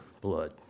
blood